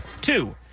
Two